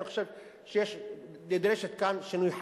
אני חושב שנדרש כאן שינוי חקיקה.